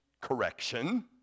correction